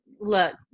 look